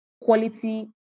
quality